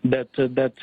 bet bet